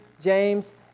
James